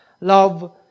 Love